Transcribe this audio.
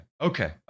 okay